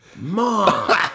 Mom